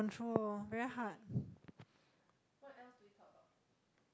control very hard